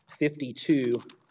52